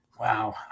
Wow